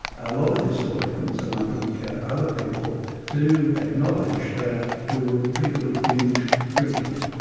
a lot of historians, and i think other people do acknowledge, that we were pretty good at binge drinking.